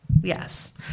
Yes